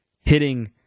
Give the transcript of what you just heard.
hitting